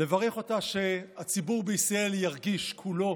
לברך אותה שהציבור בישראל ירגיש כולו